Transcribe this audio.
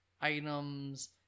items